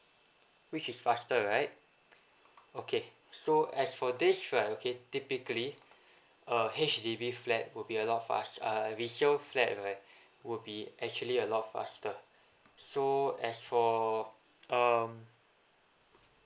which is faster right okay so as for this right okay typically a H_D_B flat will be a lot fast~ uh a resale flat right would be actually a lot faster so as for um